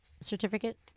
certificate